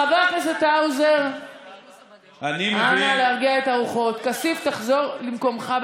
חבר הכנסת כסיף, חבר הכנסת כסיף, תחזור למקומך,